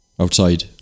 outside